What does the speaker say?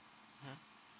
mmhmm